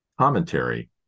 commentary